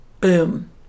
Boom